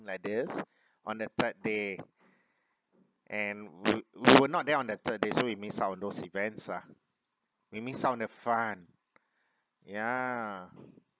like this on the third day and we we were not there on the third day so we miss out on those events ah we miss some of the fun ya